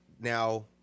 Now